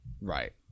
Right